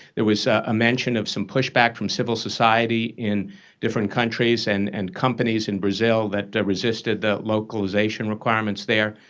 there was a mention of some pushback from civil society in different countries and and companies in brazil that resisted the localization requirements there.